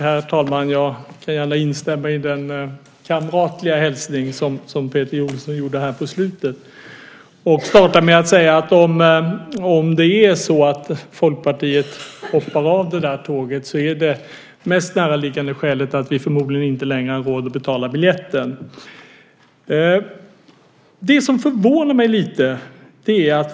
Herr talman! Jag kan gärna instämma i Peter Jonssons kamratliga hälsning här på slutet. Om det är så att Folkpartiet hoppar av det där tåget är det mest närliggande skälet att vi förmodligen inte längre har råd att betala biljetten. Jag blir lite förvånad.